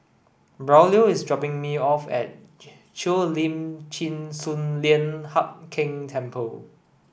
Braulio is dropping me off at Cheo Lim Chin Sun Lian Hup Keng Temple